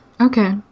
Okay